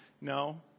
no